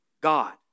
God